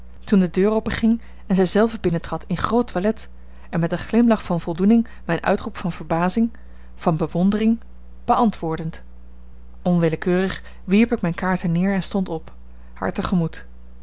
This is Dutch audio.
toen de deur openging en zij zelve binnentrad in groot toilet en met een glimlach van voldoening mijn uitroep van verbazing van bewondering beantwoordend onwillekeurig wierp ik mijn kaarten neer en stond op haar